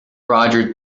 roger